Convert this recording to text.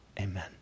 Amen